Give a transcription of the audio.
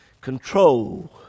control